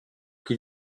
qui